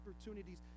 opportunities